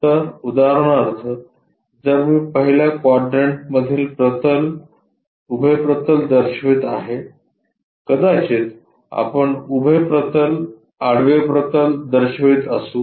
तर उदाहरणार्थ जर मी पहिल्या क्वाड्रंटमधील प्रतल उभे प्रतल दर्शवित आहे कदाचित आपण उभे प्रतल आडवे प्रतल दर्शवित असू